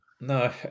No